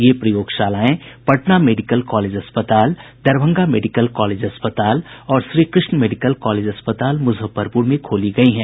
ये प्रयोगशालाएं Patna medical college अस्पताल दरभंगा मेडिकल कॉलेज अस्पताल और श्रीकृष्ण मेडिकल कॉलेज अस्पताल मुजफ्फरपुर में खोली गई हैं